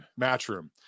Matchroom